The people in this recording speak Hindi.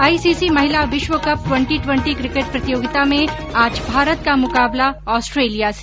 आईसीसी महिला विश्व कप ट्वेंटी ट्वेंटी क्रिकेट प्रतियोगिता में आज भारत का मुकाबला ऑस्ट्रेलिया से